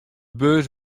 beurs